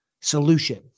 solution